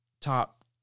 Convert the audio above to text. top